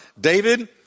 David